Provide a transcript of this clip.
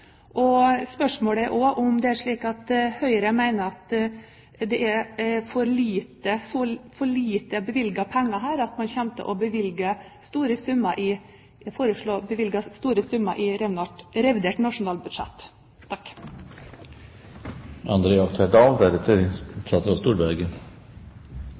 nok. Spørsmålet er også om det er slik at Høyre mener at det er så altfor lite bevilgede penger her, at man kommer til å foreslå å bevilge store summer i revidert nasjonalbudsjett.